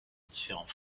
différents